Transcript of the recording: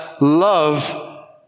love